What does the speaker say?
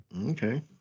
okay